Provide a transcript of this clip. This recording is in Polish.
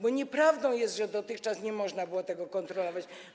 Bo nieprawdą jest, że dotychczas nie można było tego kontrolować.